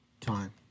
time